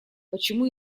почему